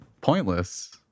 pointless